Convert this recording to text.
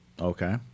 Okay